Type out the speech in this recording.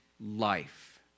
life